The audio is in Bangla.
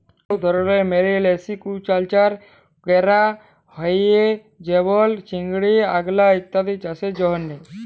অলেক ধরলের মেরিল আসিকুয়াকালচার ক্যরা হ্যয়ে যেমল চিংড়ি, আলগা ইত্যাদি চাসের জন্হে